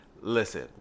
Listen